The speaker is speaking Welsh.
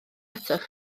atoch